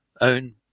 own